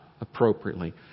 appropriately